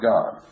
God